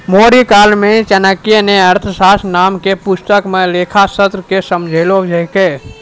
मौर्यकाल मे चाणक्य ने अर्थशास्त्र नाम के पुस्तक मे लेखाशास्त्र के समझैलकै